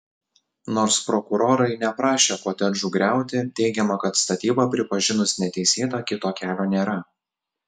nors prokurorai neprašė kotedžų griauti teigiama kad statybą pripažinus neteisėta kito kelio nėra